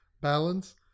balance